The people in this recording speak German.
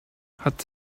hat